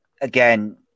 again